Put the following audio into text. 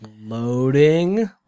loading